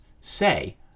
say